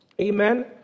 Amen